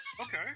Okay